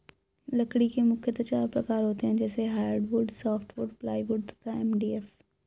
लकड़ी के मुख्यतः चार प्रकार होते हैं जैसे हार्डवुड, सॉफ्टवुड, प्लाईवुड तथा एम.डी.एफ